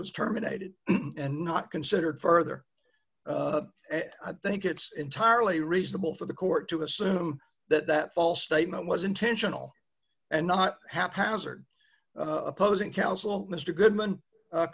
was terminated and not considered further i think it's entirely reasonable for the court to assume that that false statement was intentional and not haphazard opposing counsel mister goodman